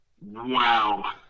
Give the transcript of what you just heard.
Wow